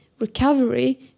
Recovery